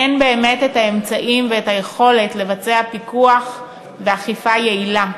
אין באמת את האמצעים ואת היכולת לבצע פיקוח באכיפה יעילה.